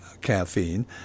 caffeine